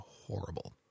horrible